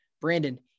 Brandon